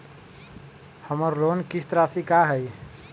हमर लोन किस्त राशि का हई?